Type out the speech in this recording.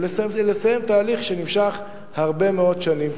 ולסיים תהליך שנמשך הרבה מאוד שנים.